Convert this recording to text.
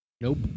Nope